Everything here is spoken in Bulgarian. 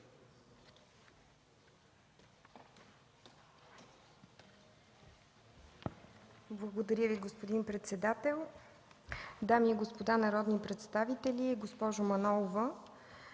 Благодаря Ви, господин председател. Дами и господа народни представители! Госпожо Манолова,